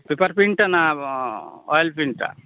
paper পেইন্টটা না oil পেইন্টটা